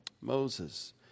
Moses